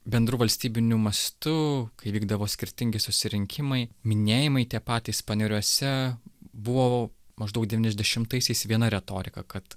bendru valstybiniu mastu kai vykdavo skirtingi susirinkimai minėjimai tie patys paneriuose buvo maždaug devyniasdešimtaisiais viena retorika kad